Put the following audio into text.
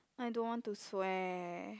I don't want to swear